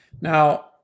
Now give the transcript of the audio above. Now